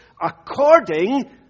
according